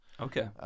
Okay